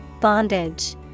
Bondage